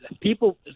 people